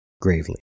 gravely